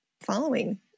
following